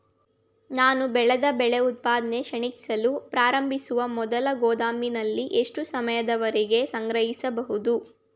ನಾನು ಬೆಳೆದ ಬೆಳೆ ಉತ್ಪನ್ನ ಕ್ಷೀಣಿಸಲು ಪ್ರಾರಂಭಿಸುವ ಮೊದಲು ಗೋದಾಮಿನಲ್ಲಿ ಎಷ್ಟು ಸಮಯದವರೆಗೆ ಸಂಗ್ರಹಿಸಬಹುದು?